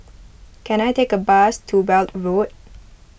can I take a bus to Weld Road